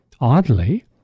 Oddly